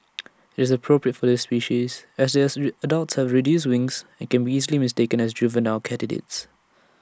IT is appropriate for this species as this ray adults have reduced wings and can be easily mistaken as juvenile katydids